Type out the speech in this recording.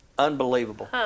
unbelievable